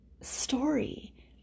story